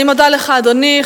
אני מודה לך, אדוני.